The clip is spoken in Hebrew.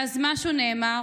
ואז משהו נאמר,